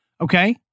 okay